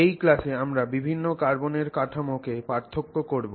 এই ক্লাসে আমরা বিভিন্ন কার্বনের কাঠামো কে পার্থক্য করব